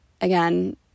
again